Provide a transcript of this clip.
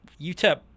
UTEP